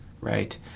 right